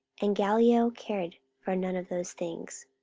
and gallio cared for none of those things.